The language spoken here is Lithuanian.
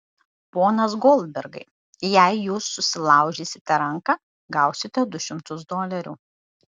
ponas goldbergai jei jūs susilaužysite ranką gausite du šimtus dolerių